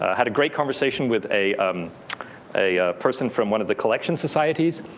ah had a great conversation with a um a person from one of the collection societies,